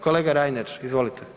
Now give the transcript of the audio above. Kolega Reiner, izvolite.